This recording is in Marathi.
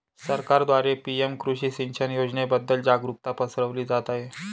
सरकारद्वारे पी.एम कृषी सिंचन योजनेबद्दल जागरुकता पसरवली जात आहे